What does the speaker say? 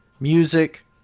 Music